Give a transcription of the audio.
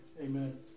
Amen